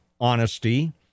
honesty